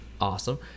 Awesome